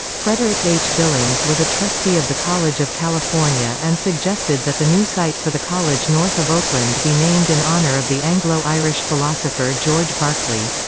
frederick h. billings was a trustee of the college of california and suggested that the new site for the college north of oakland be named in honor of the anglo-irish philosopher george berkeley.